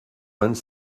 vingt